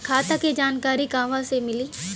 खाता के जानकारी कहवा से मिली?